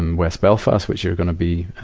and west belfast, which you're going to be,